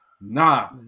Nah